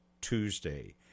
Tuesday